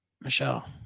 Michelle